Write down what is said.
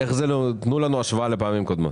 תנו לנו השוואה לפעמים קודמות.